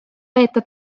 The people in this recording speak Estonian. veeta